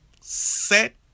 Set